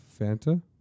Fanta